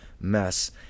mess